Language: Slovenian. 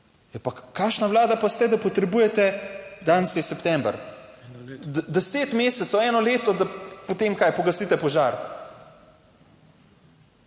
Vlada pa ste, da potrebujete, danes je september, deset mesecev, eno leto, da potem, kaj, pogasite požar.